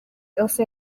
elsa